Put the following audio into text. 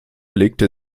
legte